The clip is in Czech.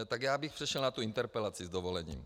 Tak já bych přešel na tu interpelaci s dovolením.